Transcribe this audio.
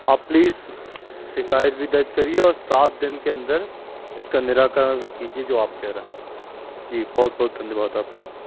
आप प्लीस शिकायत भी दर्ज करिए और सात दीन के अंदर इसका निराकरण भी किजिए जो आप कह रहे जी बहुत बहुत धन्यवाद आप का